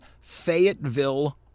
Fayetteville